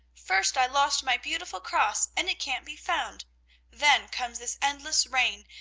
first i lost my beautiful cross, and it can't be found then comes this endless rain,